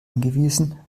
hingewiesen